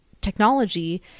technology